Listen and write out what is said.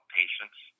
patients